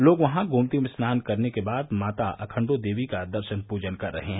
लोग वहां गोमती में स्नान करने के बाद माता अखण्डो देवी का दर्शन पूजन कर रहे है